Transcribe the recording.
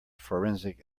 forensic